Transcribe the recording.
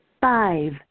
five